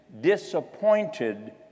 disappointed